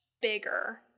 bigger